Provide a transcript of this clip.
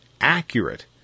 accurate